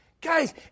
Guys